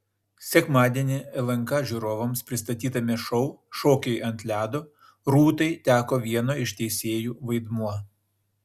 sekmadienį lnk žiūrovams pristatytame šou šokiai ant ledo rūtai teko vieno iš teisėjų vaidmuo